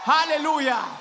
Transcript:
Hallelujah